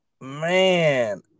Man